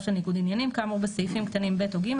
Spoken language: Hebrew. של ניגוד עניינים כאמור בסעיפים קטנים (ב) או (ג),